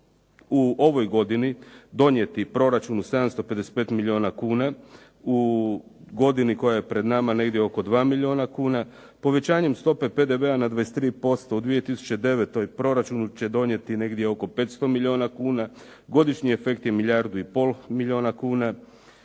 u ovoj godini donijeti proračunu 755 milijuna kuna, u godini koja je pred nama negdje oko 2 milijuna kuna, povećanjem stope PDV-a na 23% u 2009. proračunu će donijeti negdje oko 500 milijuna kuna, godišnji efekt je milijardu i pol milijuna kuna,